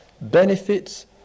benefits